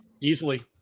Easily